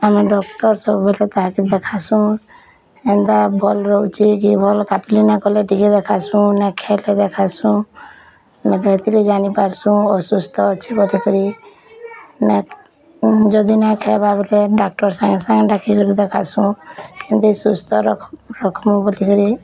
ଆମେ ଡକ୍ଟର୍ ସବୁବେଳେ ଗାଈକୁ ଦେଖାସୁଁ ଏନ୍ତା ଭଲ୍ ରହୁଚି କି ଭଲ୍ ପାକୁଳି ନା କଲେ ଟିକେ ଦେଖାସୁଁ ନେ ଖାଇଲେ ଦେଖାସୁଁ ନ ଦେଖିଲେ ଜାଣି ପାରୁଛୁଁ ଅସୁସ୍ଥ ଅଛୁ ବୋଲି କରି ନା ଯଦି ନା ଖାଇବା ବୋଲେ ଡକ୍ଟର୍ ସାଙ୍ଗେ ସାଙ୍ଗେ ଡାକି ଯଦି ଦେଖାସୁଁ କିନ୍ତି ସୁସ୍ଥ ରଖିବୁ ବୋଲି କରି